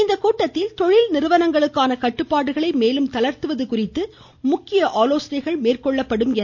இக்கூட்டத்தில் தொழில் நிறுவனங்களுக்கான கட்டுப்பாடுகளை மேலும் தளர்த்துவது குறித்து முக்கிய ஆலோசனைகள் மேற்கொள்ளப்படுகின்றன